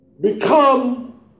become